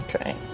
Okay